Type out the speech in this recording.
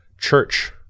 church